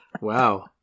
Wow